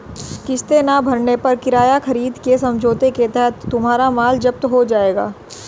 किस्तें ना भरने पर किराया खरीद के समझौते के तहत तुम्हारा माल जप्त हो जाएगा